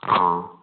ꯑꯣ